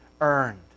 earned